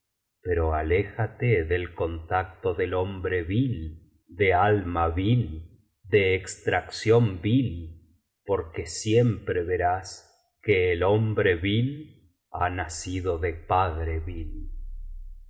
pero aléjate del contacto del hombre vil de alma biblioteca valenciana generalitat valenciana historia de dulce amiga vil de extracción ml porque siempre verás que el hombre vil ha tiacido de padre